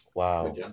Wow